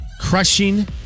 Crushing